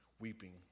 weeping